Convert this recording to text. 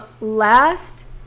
Last